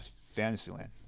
Fantasyland